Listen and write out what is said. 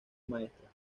maestra